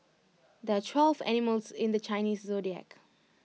there are twelve animals in the Chinese Zodiac